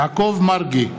יעקב מרגי,